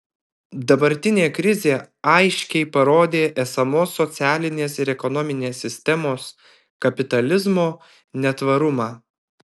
dabartinė krizė aiškiai parodė esamos socialinės ir ekonominės sistemos kapitalizmo netvarumą